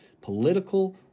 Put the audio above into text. Political